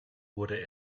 wurde